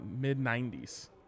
mid-90s